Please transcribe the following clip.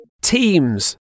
Teams